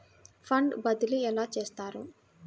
Fund బదిలీ ఎలా చేస్తారు?